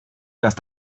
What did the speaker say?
dass